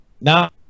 now